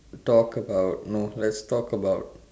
talk about no let's talk about